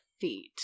feet